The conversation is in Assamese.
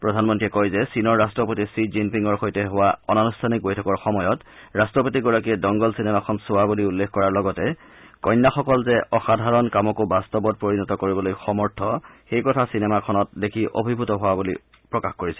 প্ৰধানমন্ত্ৰীয়ে কয় যে চীনৰ ৰাট্ৰপতি শ্বি জিনপিঙৰ সৈতে হোৱা অনানুষ্ঠানিক বৈঠকৰ সময়ত ৰাষ্ট্ৰপতিগৰাকীয়ে ডংগল চিনেমাখন চোৱা বুলি উল্লেখ কৰাৰ লগতে কন্যাসকল যে অসাধাৰণ কামকো বাস্তৱত পৰিণত কৰিবলৈ সমৰ্থ সেই কথা চিনেমাখনত দেখি অভিভূত হোৱা বুলি প্ৰকাশ কৰিছিল